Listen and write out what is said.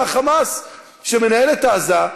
מה"חמאס" שמנהל את עזה,